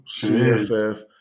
CFF